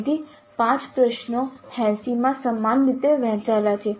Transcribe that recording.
તેથી 5 પ્રશ્નો 80 માં સમાન રીતે વહેંચાયેલા છે